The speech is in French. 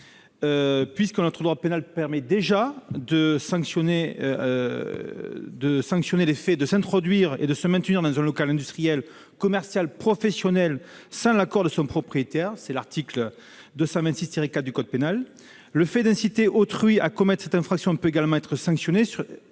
satisfait. Notre droit pénal permet déjà de sanctionner le fait de s'introduire et de se maintenir dans un local industriel, commercial ou professionnel sans l'accord de son propriétaire. C'est l'article 226-4 du code pénal. Le fait d'inciter autrui à commettre cette infraction peut également être sanctionné, sur